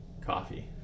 Coffee